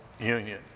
Union